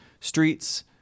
streets